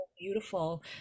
beautiful